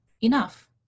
enough